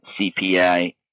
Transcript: CPI